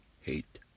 hate